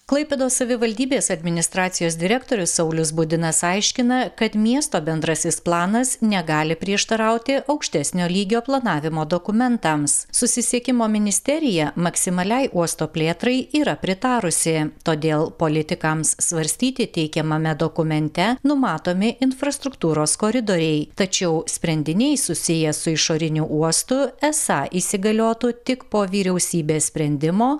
klaipėdos savivaldybės administracijos direktorius saulius budinas aiškina kad miesto bendrasis planas negali prieštarauti aukštesnio lygio planavimo dokumentams susisiekimo ministerija maksimaliai uosto plėtrai yra pritarusi todėl politikams svarstyti teikiamame dokumente numatomi infrastruktūros koridoriai tačiau sprendiniai susiję su išoriniu uostu esą įsigaliotų tik po vyriausybės sprendimo